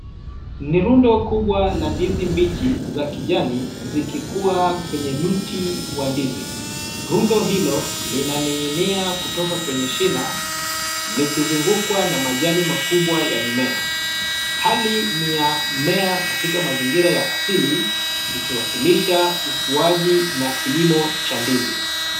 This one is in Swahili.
Ni rundo kubwa la ndizi mbichi za kijani, zikikuwa kwenye mti wa ndizi. Rundo hilo, linaning'inia kutoka kwenye shina, likizungukwa na majani makubwa ya mimea. Hali ni ya mmea katika mazingira ya asili, ikiwakilisha ukuwaji na kilimo cha ndizi.